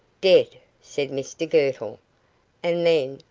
dead! said mr girtle and then,